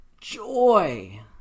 joy